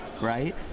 right